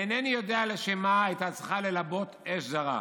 "אינני יודע לשם מה הייתה צריכה ללבות אש זרה.